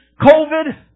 COVID